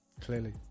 clearly